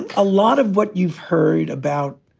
a lot of what you've heard about,